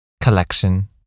collection